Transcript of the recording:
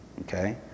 okay